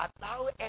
allow